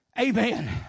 amen